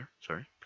sorry